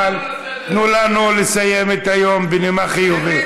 אבל תנו לנו לסיים את היום בנימה חיובית.